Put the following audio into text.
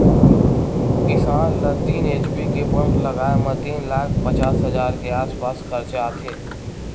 किसान ल तीन एच.पी के पंप लगाए म तीन लाख पचास हजार के आसपास खरचा आथे